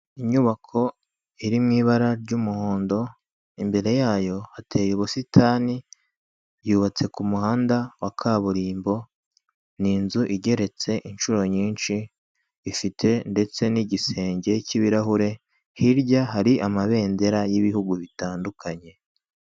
Inyubako iri mu ibara ry'umuhondo, imbere yayo hateye ubusitani yubatse ku muhanda wa kaburimbo. Ni inzu igeretse inshuro nyinshi ifite ndetse n'igisenge cy'ibirahure hirya hari amabendera y'ibihugu bitandukanye.